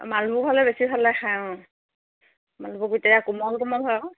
কোমল কোমল হয় আকৌ